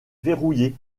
verrouillé